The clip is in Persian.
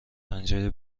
پنجره